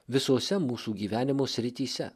visose mūsų gyvenimo srityse